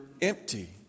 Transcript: empty